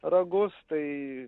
ragus tai